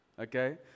okay